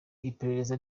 iperereza